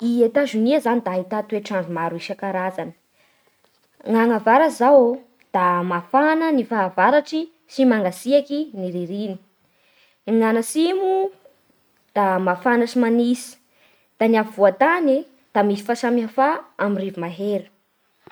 I Etazonia zany da ahità toetr'andro maro isankarazany. Ny agny avaratsy izao da mafana ny fahavaratsy sy mangatsiaky ny ririny. Ny agny atsimo da mafana sy manitsy. Da ny afovoan-tany e da misy fahasamihafà amin'ny rivo-mahery.